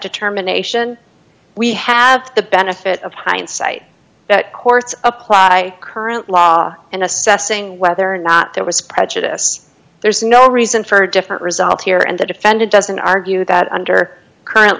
determination we have the benefit of hindsight that courts apply current law in assessing whether or not there was prejudice there's no reason for a different result here and the defendant doesn't argue that under current